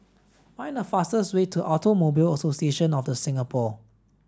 find the fastest way to Automobile Association of The Singapore